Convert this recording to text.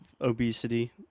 obesity